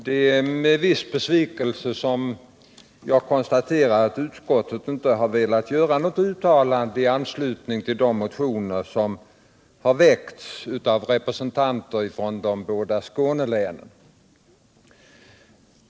Herr talman! Det är med viss besvikelse som jag konstaterar att utskottet inte velat göra något uttalande i anslutning till de motioner som har väckts av representanter för de båda Skånelänen.